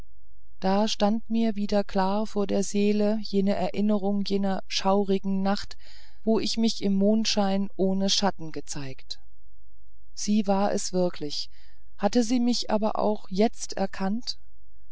da stand mir wieder klar vor der seele die erscheinung jener schaurigen nacht wo ich mich im mondschein ohne schatten gezeigt sie war es wirklich hatte sie mich aber auch jetzt erkannt